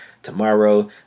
tomorrow